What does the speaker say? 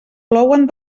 plouen